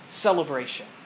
celebration